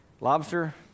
Lobster